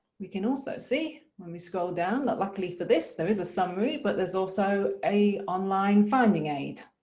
we can also see when we scroll down that luckily for this there is a summary, but there's also a online finding aid,